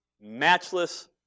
matchless